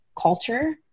culture